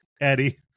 Eddie